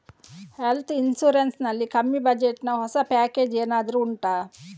health insurance ನಲ್ಲಿ ಕಮ್ಮಿ budget ನ ಹೊಸ ಪ್ಯಾಕೇಜ್ ಏನಾದರೂ ಉಂಟಾ